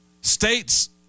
State's